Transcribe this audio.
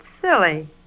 silly